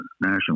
national